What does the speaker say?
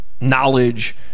knowledge